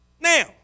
Now